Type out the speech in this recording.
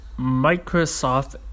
Microsoft